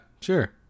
sure